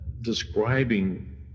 describing